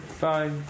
Bye